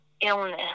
illness